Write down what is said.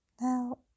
Now